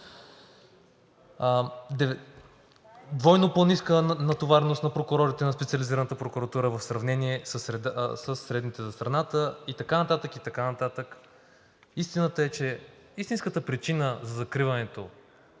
двойно по-ниска натовареност на прокурорите на Специализираната прокуратура в сравнение със средните за страната и така нататък, и така нататък. Истинската причина за закриването